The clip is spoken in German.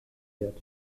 wird